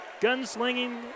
gun-slinging